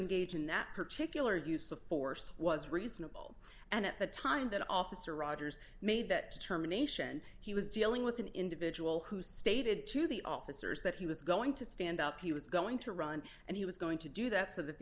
engage in that particular use of force was reasonable and at the time that officer rogers made that determination he was dealing with an individual who stated to the officers that he was going to stand up he was going to run and he was going to do that so that